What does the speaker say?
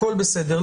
הכול בסדר.